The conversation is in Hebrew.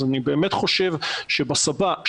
אני באמת חושב שבשב"ס,